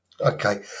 Okay